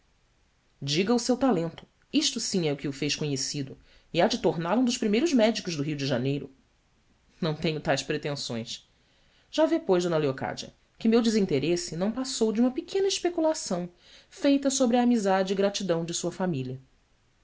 diga o seu talento isto sim é que o fez conhecido e há de torná-lo um dos primeiros médicos do rio de aneiro não tenho tais pretensões já vê pois d leocádia que meu desinteresse não passou de uma pequena especulação feita sobre a amizade e gratidão de sua família